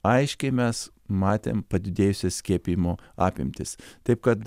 aiškiai mes matėm padidėjusias skiepijimo apimtis taip kad